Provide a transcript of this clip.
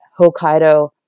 Hokkaido